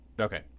Okay